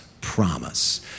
promise